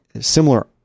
similar